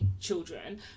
children